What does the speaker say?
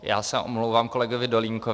Já se omlouvám kolegovi Dolínkovi.